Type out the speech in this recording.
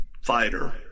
fighter